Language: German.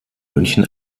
münchen